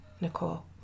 Nicole